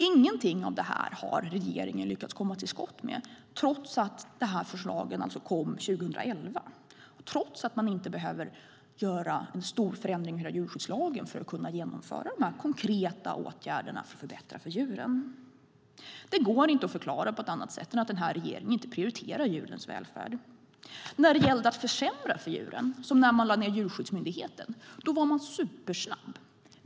Ingenting av detta har regeringen lyckats komma till skott med, trots att förslagen alltså kom 2011 och trots att man inte behöver göra någon stor förändring av hela djurskyddslagen för att kunna genomföra dessa konkreta åtgärder för att förbättra för djuren. Det går inte att förklara på något annat sätt än att den här regeringen inte prioriterar djurens välfärd. När det gällde att försämra för djuren, som när man lade ned Djurskyddsmyndigheten, var man supersnabb.